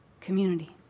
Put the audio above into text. community